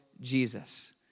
Jesus